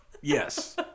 Yes